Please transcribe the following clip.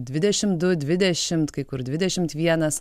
dvidešim du dvidešimt kai kur dvidešimt vienas